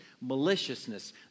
maliciousness